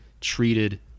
treated